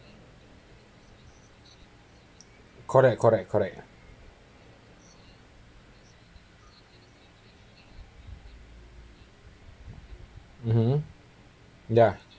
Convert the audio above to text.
correct correct correct mmhmm ya